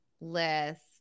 list